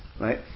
right